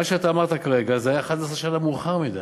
מה שאתה אמרת כרגע, זה היה 11 שנה מאוחר מדי.